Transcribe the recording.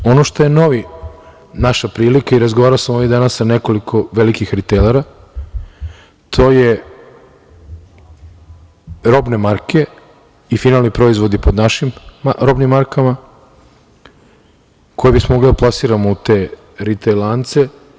Ono što je nova naša prilika, i razgovarao sam ovih dana sa nekoliko velikih ritejlera, to su robne marke i finalni proizvodi pod našim robnim markama koje bismo mogli da plasiramo u te ritejl lance.